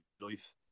life